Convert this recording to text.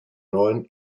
neuen